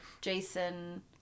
Jason